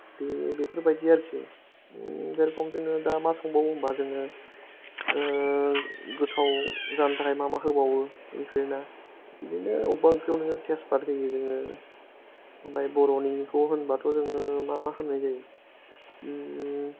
बेफोरबायदि आरोखि जेरखम जोङो दा मा संबावो होनबा जोङो गोथाव जानो थाखाय मा मा होबावो इनग्रेदियेन्ता बिदिनो अब्बा ओंख्रियाव नोङो तेजपात होयो जोङो ओमफाय बर'निखौ होनबाथ' जोङो मा मा होनाय जायो